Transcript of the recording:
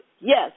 Yes